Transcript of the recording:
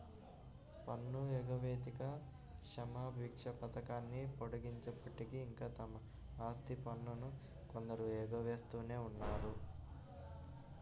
పన్ను ఎగవేతకి క్షమాభిక్ష పథకాన్ని పొడిగించినప్పటికీ, ఇంకా తమ ఆస్తి పన్నును కొందరు ఎగవేస్తూనే ఉన్నారు